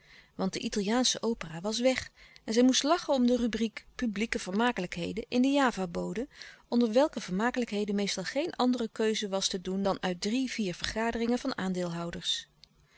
want de italiaansche opera was weg en zij moest lachen om de rubriek publieke vermakelijkheden in de javabode onder welke vermakelijkheden meestal geen andere keuze was te doen dan uit drie vier vergaderingen van aandeelhouders